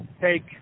take